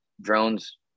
drones